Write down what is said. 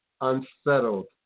unsettled